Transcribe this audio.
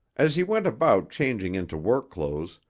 as he went about changing into work clothes,